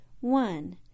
one